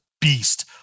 beast